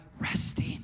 resting